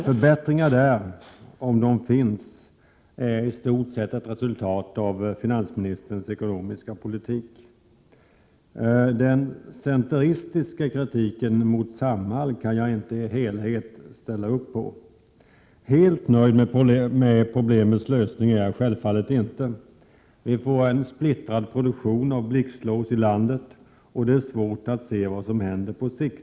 Förbättringar där — om det finns några sådana —är i stort sett ett resultat av finansministerns ekonomiska politik. Jag kan inte helt dela kritiken från centern mot Samhall. Alldeles nöjd med problemets lösning är jag självfallet inte. Man får en splittrad produktion av blixtlås i landet, och det är svårt att se vad som händer på sikt.